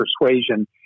persuasion